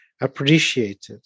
appreciated